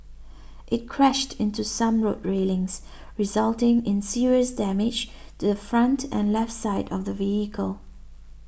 it crashed into some road railings resulting in serious damage to the front and left side of the vehicle